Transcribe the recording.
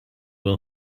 will